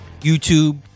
YouTube